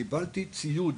קיבלתי ציוד